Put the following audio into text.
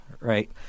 right